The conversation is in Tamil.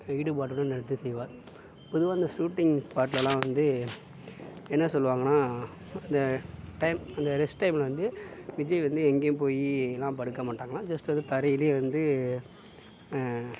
ஈடுபாட்டுடன் எடுத்து செய்வார் பொதுவாக இந்த சூட்டிங் ஸ்பாட்லலாம் வந்து என்ன சொல்லுவாங்கன்னால் இந்த டைம் அந்த ரெஸ்ட் டைம்ல வந்து விஜய் வந்து எங்கேயும் போய்லாம் படுக்க மாட்டாங்களாம் ஜஸ்ட் வந்து தரையிலேயே வந்து